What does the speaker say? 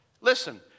Listen